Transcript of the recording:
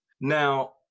Now